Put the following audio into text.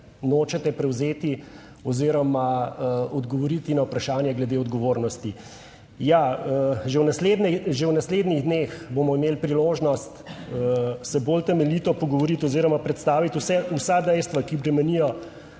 nočete prevzeti oziroma odgovoriti na vprašanje glede odgovornosti. Ja, že v naslednjih dneh se bomo imeli priložnost bolj temeljito pogovoriti oziroma predstaviti vsa dejstva, ki bremenijo